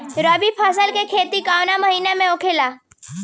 रवि फसल के खेती कवना महीना में होला?